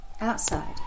Outside